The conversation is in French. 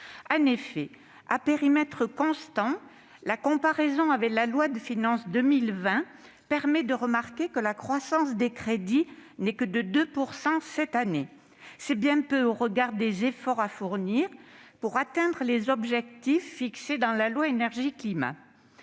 En effet, à périmètre constant, la comparaison avec la loi de finances pour 2020 permet de remarquer que la croissance des crédits n'est que de 2 % cette année. C'est bien peu au regard des efforts à fournir pour atteindre les objectifs fixés dans la loi relative